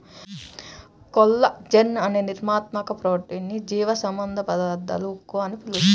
collagen అనే నిర్మాణాత్మక protein ని జీవసంబంధ పదార్థాల ఉక్కు అని పిలుస్తారు